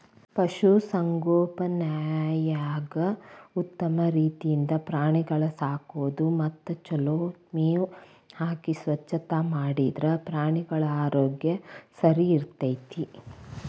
ಪಶು ಸಂಗೋಪನ್ಯಾಗ ಉತ್ತಮ ರೇತಿಯಿಂದ ಪ್ರಾಣಿಗಳ ಸಾಕೋದು ಮತ್ತ ಚೊಲೋ ಮೇವ್ ಹಾಕಿ ಸ್ವಚ್ಛತಾ ಮಾಡಿದ್ರ ಪ್ರಾಣಿಗಳ ಆರೋಗ್ಯ ಸರಿಇರ್ತೇತಿ